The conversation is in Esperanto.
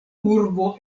urbo